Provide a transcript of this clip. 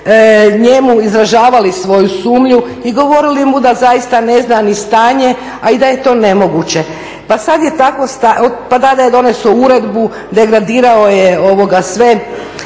njemu izražavali svoju sumnju i govorili mu da zaista ne zna ni stanje, a i da je to nemoguće. Pa tada je donio uredbu, degradirao je sve